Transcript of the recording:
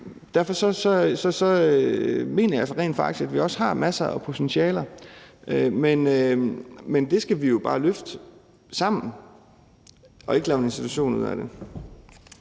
Derfor mener jeg rent faktisk, at vi også har masser af potentialer, men vi skal jo bare løfte det sammen og ikke lave en institution ud af det.